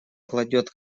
кладет